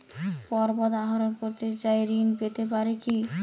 পর্বত আরোহণ করতে চাই ঋণ পেতে পারে কি?